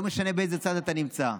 לא משנה באיזה צד אתה נמצא.